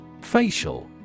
Facial